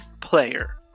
player